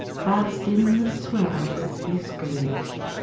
fast in the swirl he screeched.